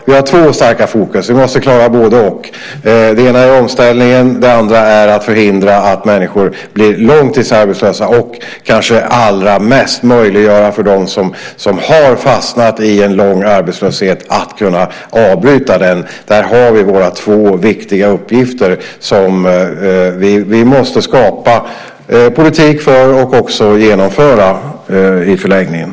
Vi har två starka fokus, och vi måste klara båda. Det ena är omställningen; det andra är att förhindra att människor blir långtidsarbetslösa och, kanske allra mest, möjliggöra för dem som har fastnat i en lång arbetslöshet att avbryta den. Där har vi våra två viktiga uppgifter som vi måste skapa politik för och också i förlängningen genomföra.